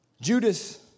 Judas